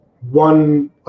one